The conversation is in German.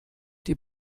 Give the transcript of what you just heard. die